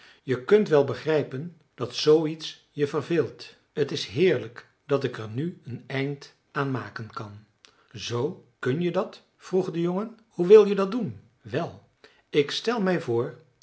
je kunt wel begrijpen dat zooiets je verveelt t is heerlijk dat ik er nu een eind aan maken kan zoo kun je dat vroeg de jongen hoe wil je dat doen wel ik stel me voor